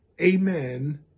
amen